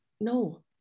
no